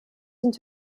sind